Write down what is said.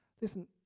Listen